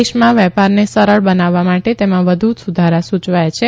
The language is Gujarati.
દેશમાં વેપારને સરળ બનાવવા માટે તેમાં વધુ સુધારા સુયવાયા છે